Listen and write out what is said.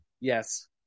Yes